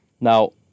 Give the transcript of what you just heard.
Now